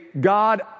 God